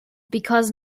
because